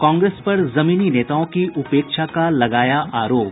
कांग्रेस पर जमीनी नेताओं की उपेक्षा का लगाया आरोप